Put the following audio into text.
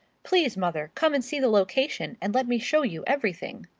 please, mother, come and see the location, and let me show you everything.